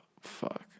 fuck